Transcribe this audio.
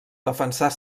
defensar